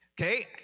Okay